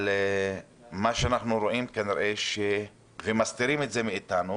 אלא שמה שאנחנו רואים וכנראה מסתירים את זה מאיתנו